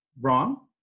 Wrong